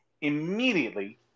immediately